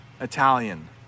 Italian